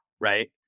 right